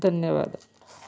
ధన్యవాదాలు